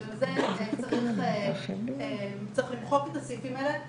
בגלל זה צריך למחוק את הסעיפים האלה.